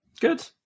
good